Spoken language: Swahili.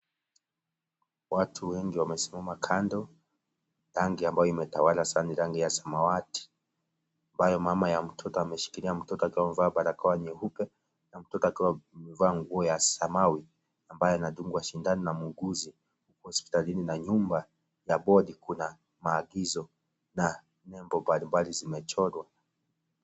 Watu wengi wamesimama kando, rangi ambayo imetawala sana ni rangi ya samawati ambayo mama ya mtoto ameshikilia mtoto akiwa amevaa barakoa nyeupe na mtoto akiwa maevaa nguo ya samawi ambaye anadungwa sindano na muuguzi huku hospitalini na nyumba ya bodi kuna maagizo na nembo mbalimbali zimechorwa.